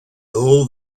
all